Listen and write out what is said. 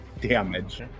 damage